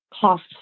cost